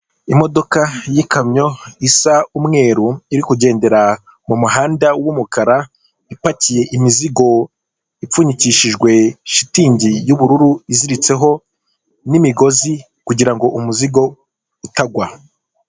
Imodoka y'ikamyo isa umweru iri kugendera mumuhanda wumukara; ipakiye imizigo ipfunyikishijwe shitingi y'ubururu iziritseho n'imigozi kugirango umuzigo utagwa.